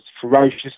ferocious